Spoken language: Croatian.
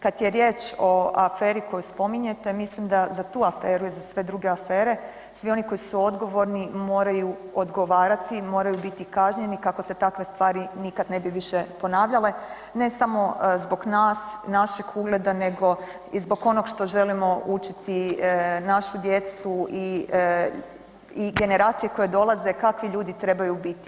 Kad je riječ o aferi koju spominjete, mislim da za tu aferu i za sve druge afere svi oni koji su odgovorni moraju odgovarati, moraju biti kažnjeni kako se takve stvari nikad ne bi više ponavljale, ne samo zbog nas, našeg ugleda, nego i zbog onog što želimo učiti našu djecu i generacije koje dolaze, kakvi ljudi trebaju biti.